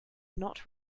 not